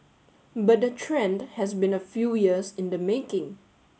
but the trend has been a few years in the making